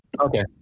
Okay